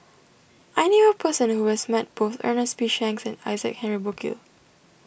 I knew a person who has met both Ernest P Shanks and Isaac Henry Burkill